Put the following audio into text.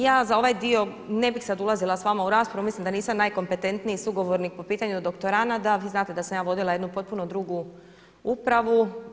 Ja za ovaj dio ne bih sada ulazila s vama u raspravu, mislim da nisam najkompetentniji sugovornik po pitanju doktoranada, vi znate da sam ja vodila jednu potpuno drugu upravu.